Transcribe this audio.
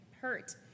hurt